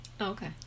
okay